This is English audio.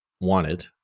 wanted